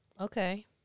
Okay